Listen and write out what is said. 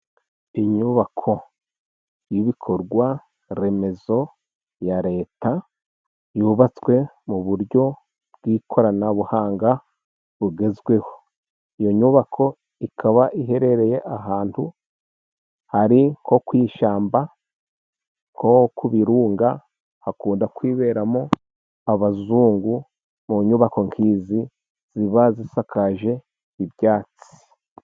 Inyubako y'ibikorwaremezo ya Leta, yubatswe mu buryo bw'ikoranabuhanga bugezweho, iyo nyubako ikaba iherereye ahantu hari nko ku ishyamba, nko ku birunga, hakunda kwiberamo abazungu mu nyubako nk'izi ziba zisakaje ibyatsi